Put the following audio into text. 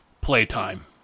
playtime